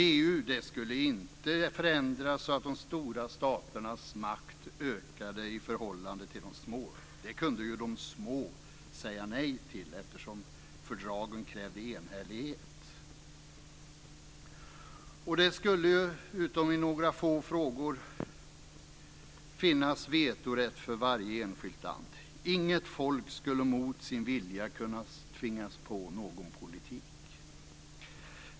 EU skulle inte förändras så att de stora staternas makt ökade i förhållande till de små. Det kunde ju de små säga nej till eftersom fördragen krävde enhällighet. Det skulle, utom i några få frågor, finnas vetorätt för varje enskilt land. Inget folk skulle mot sin vilja kunna tvingas på någon politik.